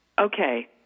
okay